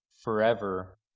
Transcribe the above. forever